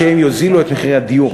שהם יוזילו את מחירי הדיור,